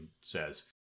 says